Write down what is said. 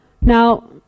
Now